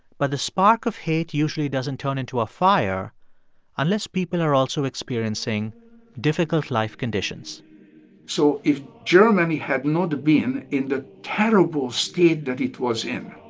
but the spark of hate usually doesn't turn into a fire unless people are also experiencing difficult life conditions so if germany had not been in the terrible state that it was in